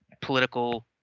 political